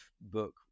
book